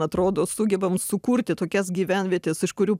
atrodo sugebam sukurti tokias gyvenvietes iš kurių